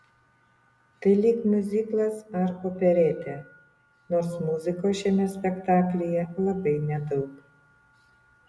tai lyg miuziklas ar operetė nors muzikos šiame spektaklyje labai nedaug